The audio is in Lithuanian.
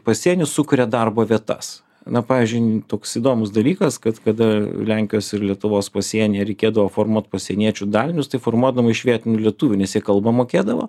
pasienis sukuria darbo vietas na pavyzdžiui toks įdomus dalykas kad kada lenkijos ir lietuvos pasienyje reikėdavo formuot pasieniečių dalinius tai formuodama iš vietinių lietuvių nes jie kalbą mokėdavo